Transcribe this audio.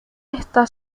está